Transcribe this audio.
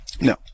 No